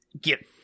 Get